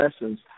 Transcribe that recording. lessons